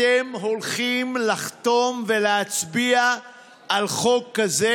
אתם הולכים לחתום ולהצביע על חוק כזה?